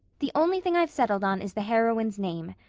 the only thing i've settled on is the heroine's name.